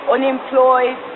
Unemployed